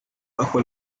bajo